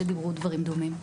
שדיברו דברים דומים.